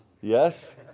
Yes